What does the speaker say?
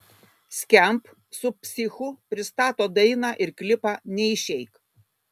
skamp su psichu pristato dainą ir klipą neišeik